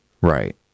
Right